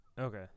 Okay